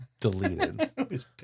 Deleted